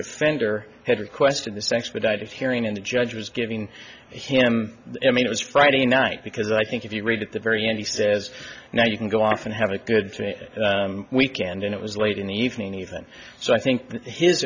defender had requested the sex without hearing in the judge was giving him i mean it was friday night because i think if you read at the very end he says now you can go off and have a good three weekend and it was late in the evening even so i think his